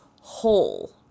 whole